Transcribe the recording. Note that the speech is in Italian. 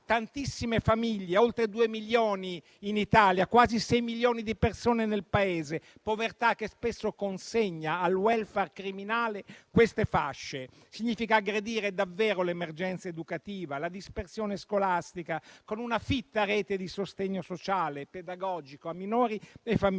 tantissime famiglie, oltre 2 milioni in Italia, quasi 6 milioni di persone nel Paese. Povertà che spesso consegna al *welfare* criminale queste fasce. Significa aggredire davvero l'emergenza educativa e la dispersione scolastica con una fitta rete di sostegno sociale e pedagogico a minori e famiglie.